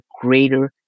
greater